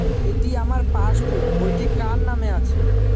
এটি আমার পাসবুক বইটি কার নামে আছে?